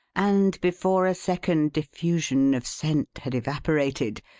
and before a second diffusion of scent had evaporated,